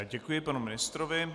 Děkuji panu ministrovi.